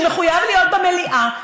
שמחויב להיות במליאה,